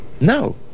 No